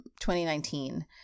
2019